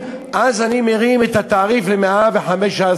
אז אני מרים את התעריף ל-115%.